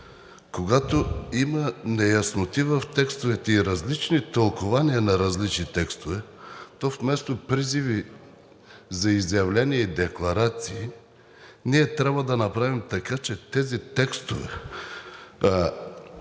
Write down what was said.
Когато има неясноти в текстовете и различни тълкувания на различни текстове, то вместо призиви за изявления и декларации, ние трябва да направим така, че тези текстове